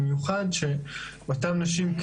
במיוחד שאותן נשים,